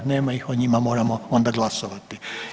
Nema ih, o njima moramo onda glasovati.